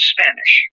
Spanish